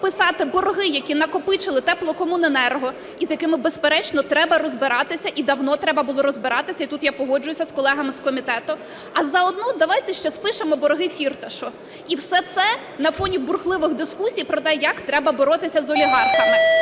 вписати борги, які накопичили теплокомуненерго, і з якими, безперечно, треба розбиратися, і давно треба було розбиратися, і тут я погоджуюсь з колегами з комітету. А заодно давайте ще спишемо борги Фірташу. І все це на фоні бурхливих дискусій про те, як треба боротися з олігархами.